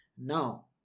Now